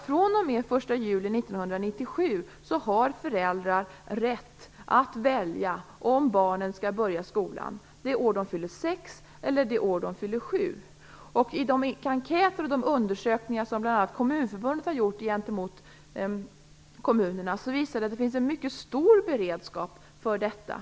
fr.o.m. den 1 juli 1997 har föräldrar rätt att välja om barnen skall börja skolan det år de fyller sex år eller det år de fyller sju år. I de enkäter och de undersökningar som bl.a. Kommunförbundet har gjort i kommunerna visar det sig att det finns en mycket stor beredskap för detta.